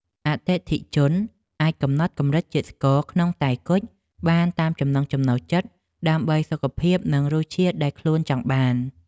អតិថិជនអាចកំណត់កម្រិតជាតិស្ករក្នុងតែគុជបានតាមចំណង់ចំណូលចិត្តដើម្បីសុខភាពនិងរសជាតិដែលខ្លួនចង់បាន។